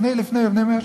לפני 100 שנה.